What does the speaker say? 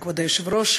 כבוד היושב-ראש,